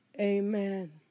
amen